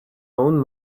own